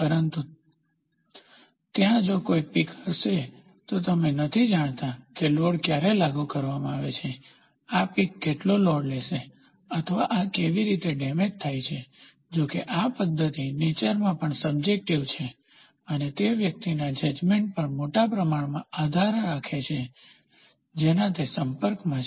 પરંતુ જો ત્યાં કોઈ પીક હોય તો તમે જાણતા નથી કે લોડ ક્યારે લાગુ કરવામાં આવે છે આ પીક કેટલો લોડ લેશે અથવા આ કેવી રીતે ડેમેજ થાય છે જો કે આ પદ્ધતિ નેચરમાં પણ સબ્જેકટીવ છે અને તે વ્યક્તિના જજમેન્ટ પર મોટા પ્રમાણમાં આધાર રાખે છે જે તેના સંપર્કમાં છે